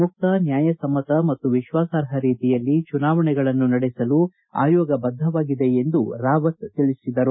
ಮುಕ್ತ ನ್ಯಾಯಸಮ್ಮತ ಮತ್ತು ವಿಶ್ವಾಸಾರ್ಪ ರೀತಿಯಲ್ಲಿ ಚುನಾವಣೆಗಳನ್ನು ನಡೆಸಲು ಆಯೋಗ ಬದ್ದವಾಗಿದೆ ಎಂದು ರಾವತ್ ತಿಳಿಸಿದರು